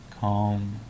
calm